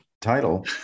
title